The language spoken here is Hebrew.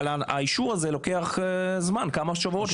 אבל האישור הזה לוקח זמן, כמה שבועות.